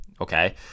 okay